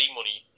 money